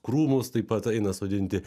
krūmus taip pat eina sodinti